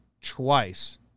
twice